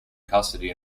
custody